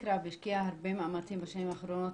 רב השקיעה הרבה מאמצים בשנים האחרונות